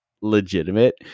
legitimate